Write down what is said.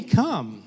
come